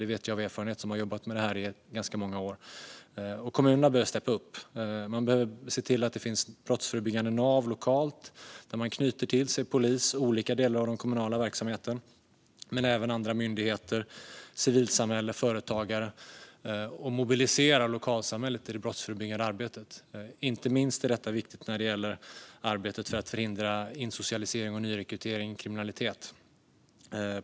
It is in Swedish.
Det vet jag av erfarenhet då jag jobbat med det här i ganska många år. Och kommunerna behöver steppa upp. Man behöver se till att det finns brottsförebyggande nav lokalt där man knyter till sig polis och olika delar av den kommunala verksamheten men även andra myndigheter, civilsamhälle och företagare och mobiliserar lokalsamhället i det brottsförebyggande arbetet. Inte minst är detta viktigt när det gäller arbetet för att förhindra insocialisering och nyrekrytering till kriminalitet.